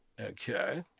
Okay